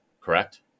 correct